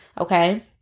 Okay